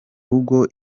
rugo